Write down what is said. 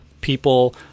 people